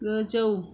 गोजौ